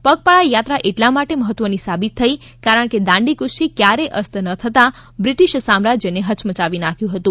પગપાળા યાત્રા એટલા માટે મહત્વની સાબિત થઈ કારણ કે દાંડીકૂયથી ક્યારેય અસ્ત ન થતાં બ્રિટિશ સામ્રાજ્યને હયમયાવી નાંખ્યું હતું